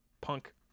punk